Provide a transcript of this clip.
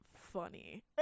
funny